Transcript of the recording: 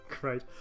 Great